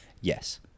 Yes